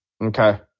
Okay